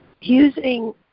using